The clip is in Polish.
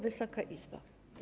Wysoka Izbo!